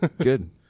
Good